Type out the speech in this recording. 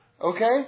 Okay